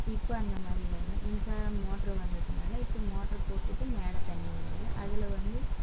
இப்போ அந்தமாதிரி வரல மின்சாரம் மோட்ரு வந்ததினால இப்போ மோட்ரு போட்டுவிட்டு மேலே தண்ணிர் வந்துடுது அதில் வந்து